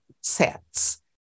sets